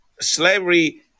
slavery